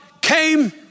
came